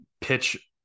pitch